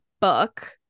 book